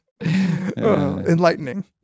enlightening